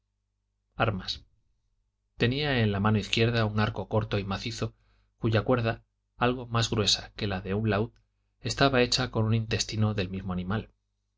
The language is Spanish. armas tenía en la mano izquierda un arco corto y macizo cuya cuerda algo más gruesa que la de un laúd estaba hecha con un intestino del mismo animal